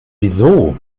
wieso